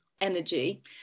Energy